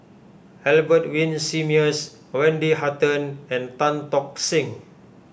Albert Winsemius Wendy Hutton and Tan Tock Seng